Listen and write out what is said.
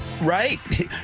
right